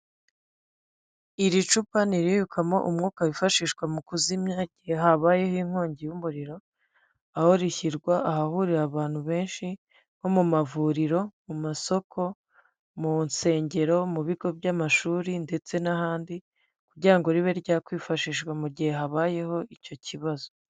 Iri cupa ni iribikwamo umwuka wifashishwa mu kuzimya igihe habayeho inkongi y'umuriro, aho rishyirwa ahahurira abantu benshi nko mu mavuriro, mu masoko, mu nsengero, mu bigo by'amashuri ndetse n'ahandi kugira ngo ribe ryakwifashishwa mu gihe habayeho icyo kibazo.